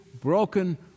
broken